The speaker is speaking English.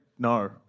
No